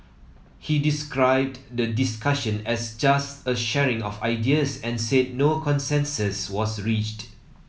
he described the discussion as just a sharing of ideas and said no consensus was reached